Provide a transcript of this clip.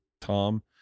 Tom